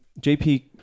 jp